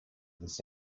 this